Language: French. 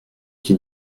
qui